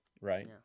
right